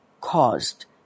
caused